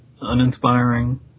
uninspiring